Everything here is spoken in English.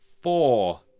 four